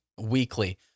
weekly